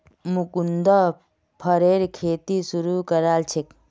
मुकुन्द फरेर खेती शुरू करल छेक